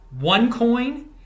OneCoin